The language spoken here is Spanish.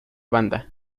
banda